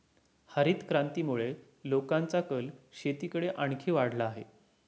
हरितक्रांतीमुळे लोकांचा कल शेतीकडे आणखी वाढला आहे